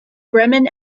bremen